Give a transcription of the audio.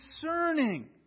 discerning